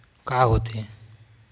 का होथे?